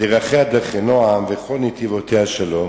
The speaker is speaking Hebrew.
"דרכיה דרכי נעם וכל נתיבותיה שלום".